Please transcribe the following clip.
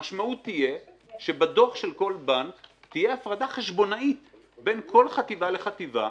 המשמעות תהיה שבדוח של כל בנק תהיה הפרדה חשבונאית בין כל חטיבה לחטיבה,